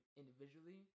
individually